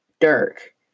Dirk